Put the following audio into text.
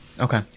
Okay